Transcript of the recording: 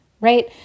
right